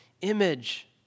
image